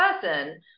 person